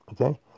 okay